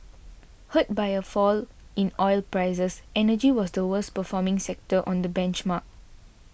hurt by a fall in oil prices energy was the worst performing sector on the benchmark